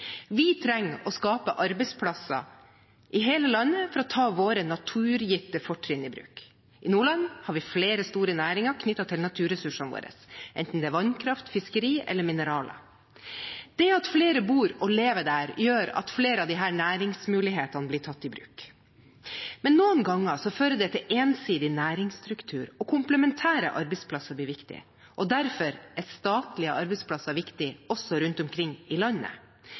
Vi trenger å skape arbeidsplasser i hele landet for å ta våre naturgitte fortrinn i bruk. I Nordland har vi flere store næringer knyttet til naturressursene våre, enten det er vannkraft, fiskeri eller mineraler. Det at flere bor og lever der, gjør at flere av disse næringsmulighetene blir tatt i bruk. Men noen ganger fører det til en ensidig næringsstruktur, og komplementære arbeidsplasser blir viktige. Derfor er statlige arbeidsplasser viktige også rundt omkring i landet.